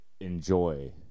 enjoy